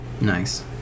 nice